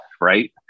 right